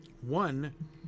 One